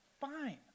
fine